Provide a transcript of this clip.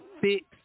fix